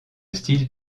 style